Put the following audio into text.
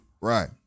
Right